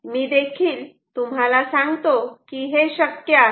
मी देखील तुम्हाला सांगतो की हे शक्य आहे